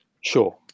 Sure